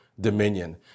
dominion